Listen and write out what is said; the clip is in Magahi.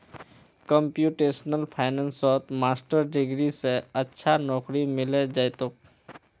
कंप्यूटेशनल फाइनेंसत मास्टर डिग्री स अच्छा नौकरी मिले जइ तोक